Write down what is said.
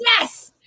Yes